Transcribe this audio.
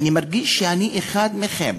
אני מרגיש שאני אחד מכם.